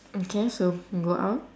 okay so we can go out